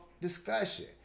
discussion